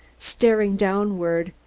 staring downward,